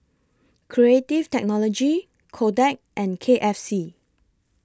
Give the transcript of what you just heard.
Creative Technology Kodak and K F C